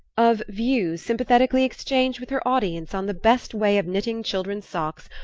of views sympathetically exchanged with her audience on the best way of knitting children's socks,